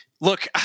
look